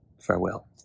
Farewell